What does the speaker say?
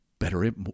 Better